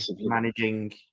managing